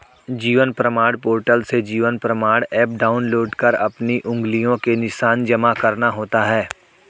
जीवन प्रमाण पोर्टल से Jeevan Pramaan app download कर अपनी उंगलियों के निशान जमा करना होता है